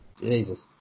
Jesus